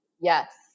Yes